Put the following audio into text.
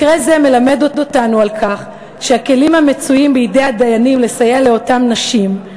מקרה זה מלמד אותנו על כך שהכלים מצויים בידי הדיינים לסייע לאותן נשים,